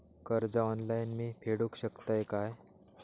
कर्ज ऑनलाइन मी फेडूक शकतय काय?